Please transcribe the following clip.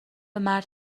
مرد